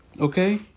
okay